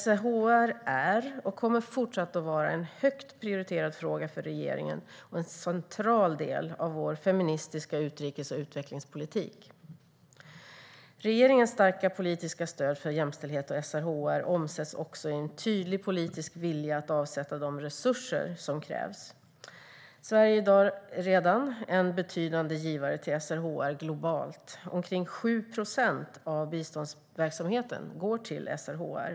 SRHR är, och kommer fortsatt att vara, en högt prioriterad fråga för regeringen och en central del av vår feministiska utrikes och utvecklingspolitik. Regeringens starka politiska stöd för jämställdhet och SRHR omsätts också i en tydlig politisk vilja att avsätta de resurser som krävs. Sverige är redan i dag en betydande givare till SRHR globalt. Omkring 7 procent av biståndsverksamheten går till SRHR.